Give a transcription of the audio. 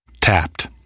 Tapped